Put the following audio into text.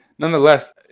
Nonetheless